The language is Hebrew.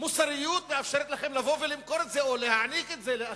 מוסריות מאפשרת לכם לבוא ולמכור את זה או להעניק את זה לאחרים?